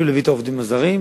התחילו להביא את העובדים הזרים.